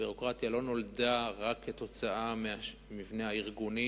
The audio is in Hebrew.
הביורוקרטיה לא נולדה רק כתוצאה מהמבנה הארגוני